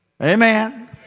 Amen